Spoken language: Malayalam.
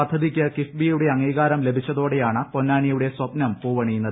പദ്ധതിക്ക് കിഫ്ബിയുടെ അംഗീകാരം ലഭിച്ചതോടെയാണ് പൊന്നാനിയുടെ സ്വപ്നം പൂവണിയുന്നത്